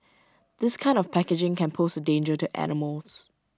this kind of packaging can pose A danger to animals